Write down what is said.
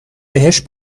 بهش